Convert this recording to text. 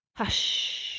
hush sh sh!